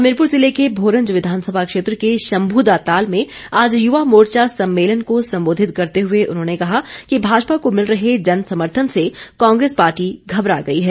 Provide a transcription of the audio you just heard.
हमीरपुर जिले के भोरंज विधानसभा क्षेत्र के शम्भू दा ताल में आज युवा मोर्चा सम्मेलन को सम्बोधित करते हुए उन्होंने कहा कि भाजपा को मिल रहे जनसमर्थन से कांग्रेस पार्टी घबरा गई है